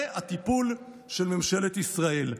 זה הטיפול של ממשלת ישראל.